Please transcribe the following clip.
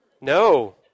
No